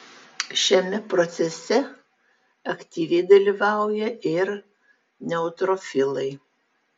šiame procese aktyviai dalyvauja ir neutrofilai